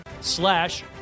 Slash